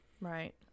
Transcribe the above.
right